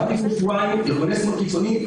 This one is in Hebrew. גם השבוע וגם לפני שבועיים ארגוני שמאל קיצוניים